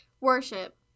Worship